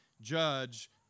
judge